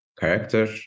character